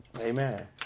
Amen